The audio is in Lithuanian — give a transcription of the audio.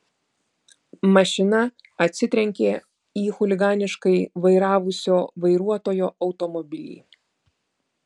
mašina atsitrenkė į chuliganiškai vairavusio vairuotojo automobilį